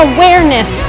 Awareness